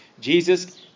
Jesus